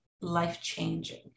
life-changing